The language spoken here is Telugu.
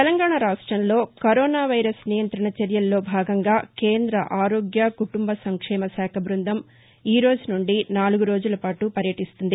తెలంగాణ రాష్టంలో కరోనా వైరస్ నియంత్రణ చర్యల్లో భాగంగా కేంద్ర ఆరోగ్య కుటుంబ సంక్షేమ శాఖ బ్బందం ఈ రోజు నుండి నాలుగు రోజుల పాటు పర్యటీస్తుంది